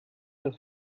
das